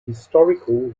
historical